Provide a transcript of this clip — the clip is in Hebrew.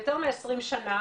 יותר מעשרים שנה